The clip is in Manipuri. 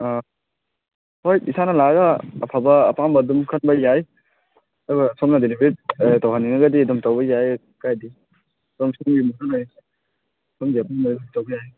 ꯑ ꯍꯣꯏ ꯏꯁꯥꯅ ꯂꯥꯛꯑꯒ ꯑꯐꯕ ꯑꯄꯥꯝꯕ ꯑꯗꯨꯝ ꯈꯟꯕ ꯌꯥꯏ ꯑꯗꯨꯒ ꯁꯣꯝꯅ ꯗꯤꯂꯤꯕꯔꯤ ꯇꯧꯍꯟꯅꯤꯡꯉꯒꯗꯤ ꯑꯗꯨꯝ ꯇꯧꯕ ꯌꯥꯏ ꯀꯥꯏꯗꯦ ꯇꯧꯕ ꯌꯥꯏ